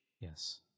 Yes